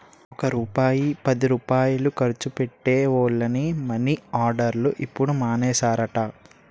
ఒక్క రూపాయి పదిరూపాయలు ఖర్చు పెట్టే వోళ్లని మని ఆర్డర్లు ఇప్పుడు మానేసారట